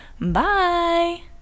bye